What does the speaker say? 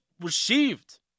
received